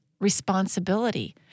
responsibility